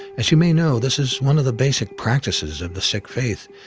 as you may know, this is one of the basic practices of the sikh faith,